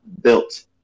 built